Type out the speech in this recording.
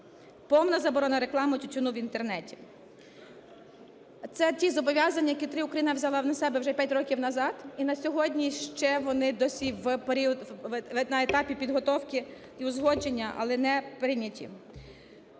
повна заборона реклама тютюну в Інтернеті. Це ті зобов'язання, які Україна взяла на себе вже п'ять років назад, і на сьогодні ще вони досі на етапі підготовки і узгодження, але не прийняті.